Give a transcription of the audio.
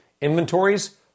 Inventories